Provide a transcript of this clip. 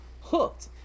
hooked